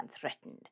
threatened